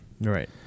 Right